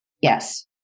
Yes